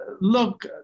look